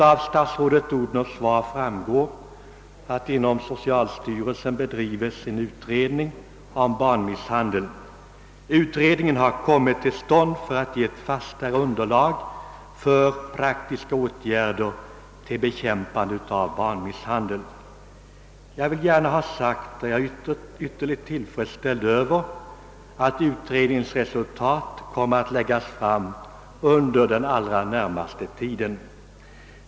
Av statsrådet Odhmnoffs svar framgår att det inom socialstyrelsen bedrivs en utredning om barnmisshandel och att utredningen kom till stånd för att ge ett fastare underlag för utformningen av praktiska åtgärder till bekämpande av barnmisshandel. Jag är synnerligen tillfredsställd över att utredningens resultat kommer att läggas fram under den allra närmaste tiden.